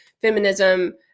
feminism